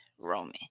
Roman